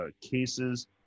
cases